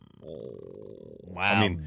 Wow